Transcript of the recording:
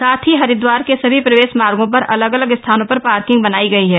साथ ही हरिदवार के सभी प्रवेश मार्गो पर अलग अलग स्थानों पर पार्किंग बनाई गई है